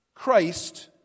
Christ